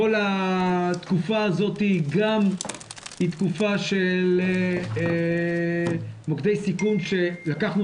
כל התקופה הזאת גם היא תקופה של מוקדי סיכון שלקחנו